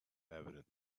evident